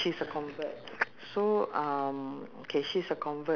no I went once uh also wedding invitation